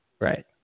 Right